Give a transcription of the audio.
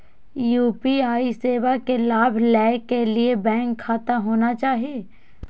UPI सेवा के लाभ लै के लिए बैंक खाता होना चाहि?